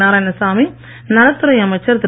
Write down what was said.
நாராயணசாமி நலத்துறை அமைச்சர் திரு